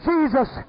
Jesus